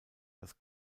das